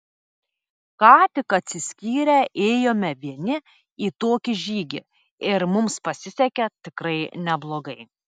ką tik atsiskyrę ėjome vieni į tokį žygį ir mums pasisekė tikrai neblogai